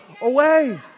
away